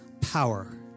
power